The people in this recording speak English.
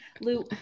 Lou